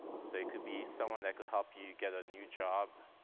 so it could be someone that could help you get a new job,